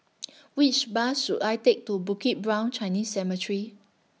Which Bus should I Take to Bukit Brown Chinese Cemetery